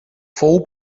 fou